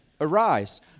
Arise